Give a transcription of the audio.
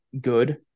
good